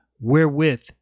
wherewith